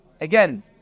Again